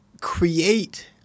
create